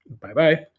Bye-bye